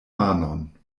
manon